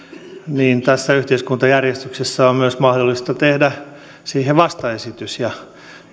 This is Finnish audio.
tässä yhteiskuntajärjestyksessä on myös mahdollista tehdä siihen vastaesitys ja